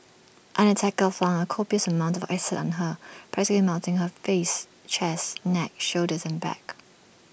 an attacker flung A copious amount of acid on her practically melting her face chest neck shoulders and back